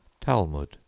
Talmud